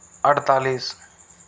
अड़तालिस